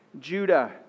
Judah